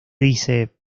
dice